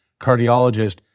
cardiologist